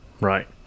Right